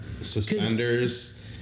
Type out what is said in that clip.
suspenders